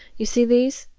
you see these?